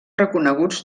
reconeguts